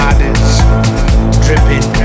dripping